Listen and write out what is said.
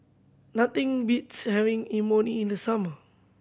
nothing beats having Imoni in the summer